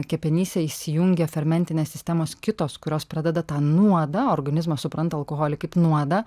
kepenyse įsijungia fermentinės sistemos kitos kurios pradeda tą nuodą organizmas supranta alkoholį kaip nuodą